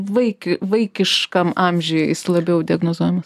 vaikui vaikiškam amžiui jis labiau diagnozuojamas